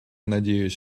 надеюсь